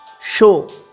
show